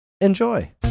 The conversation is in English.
enjoy